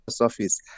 office